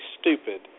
stupid